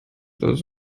das